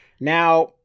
Now